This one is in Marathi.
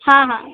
हां हां